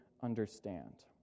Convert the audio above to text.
understand